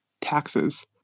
taxes